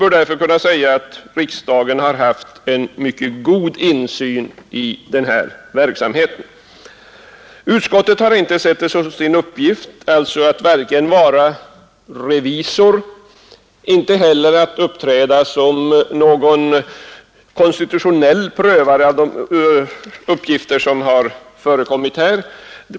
Riksdagen har således haft en mycket god insyn i denna verksamhet. Utskottet har inte sett som sin uppgift att vara revisor och inte heller att uppträda som någon konstitutionell prövare av de uppgifter som har förekommit här.